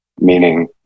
meaning